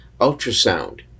ultrasound